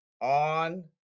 on